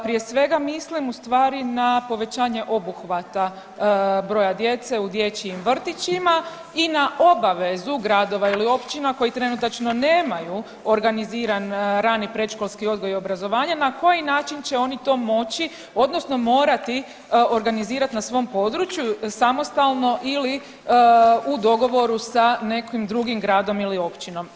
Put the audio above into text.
Prije svega mislim u stvari na povećanje obuhvata broja djece u dječjim vrtićima i na obavezu gradova ili općina koji trenutačno nemaju organiziran rani predškolski odgoj i obrazovanje na koji način će oni to moći, odnosno morati organizirati na svom području samostalno ili u dogovoru sa nekim drugim gradom ili općinom.